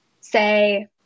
say